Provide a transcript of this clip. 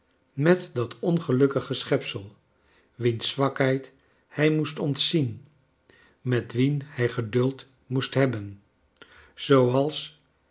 met dat ongelukkige schepsel wiens zwakheid hij nicest ontzien met wien hij geduld moest hebben